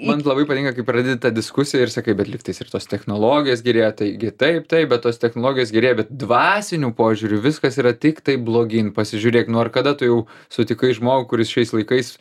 man tai labai patinka kai pradedi tą diskusiją ir sakai bet lygtais ir tos technologijos gerėja taigi taip taip bet tos technologijos gerėja bet dvasiniu požiūriu viskas yra tiktai blogyn pasižiūrėk nu ar kada tu jau sutikai žmogų kuris šiais laikais